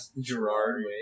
Gerard